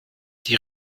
die